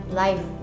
life